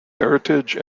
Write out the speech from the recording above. heritage